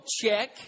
Check